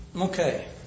Okay